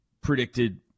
predicted